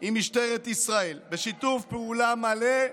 עם משטרת ישראל בשיתוף פעולה מלא,